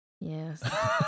Yes